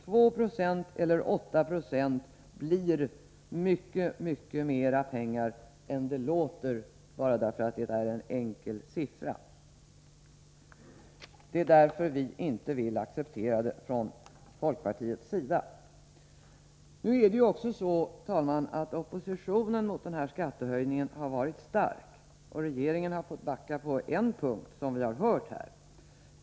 2 96 eller 8 0 blir mycket mer pengar än det låter bara för att det är en enkel siffra. Det är därför som vi från folkpartiets sida inte vill acceptera den föreslagna skattehöjningen. Oppositionen mot denna skattehöjning har, herr talman, varit stark. Regeringen har, som vi här har hört, fått backa på en punkt.